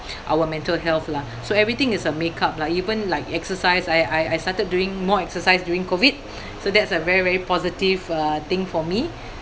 our mental health lah so everything is a makeup lah even like exercise I I I started doing more exercise during COVID so that's a very very positive uh thing for me